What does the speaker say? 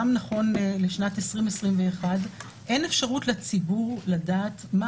גם נכון לשנת 2021 אין אפשרות לציבור לדעת מה